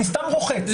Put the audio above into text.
אני סתם רוחץ.